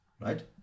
right